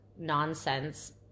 nonsense